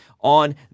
on